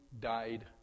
died